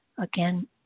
again